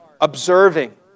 observing